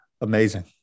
amazing